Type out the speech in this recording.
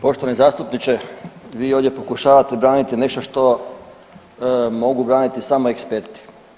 Poštovani zastupniče, vi ovdje pokušavate braniti nešto što mogu braniti samo eksperti.